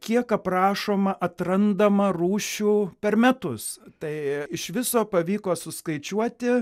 kiek aprašoma atrandama rūšių per metus tai iš viso pavyko suskaičiuoti